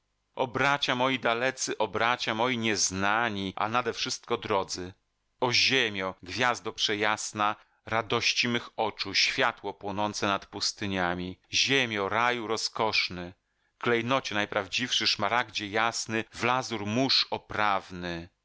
o bracia moi dalecy o bracia moi nie znani a nadewszystko drodzy o ziemio gwiazdo przejasna radości mych oczu światło płonące nad pustyniami ziemio raju rozkoszny klejnocie najprawdziwszy szmaragdzie jasny w lazur mórz oprawny